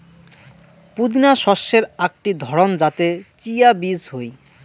পুদিনা শস্যের আকটি ধরণ যাতে চিয়া বীজ হই